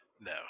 No